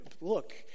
look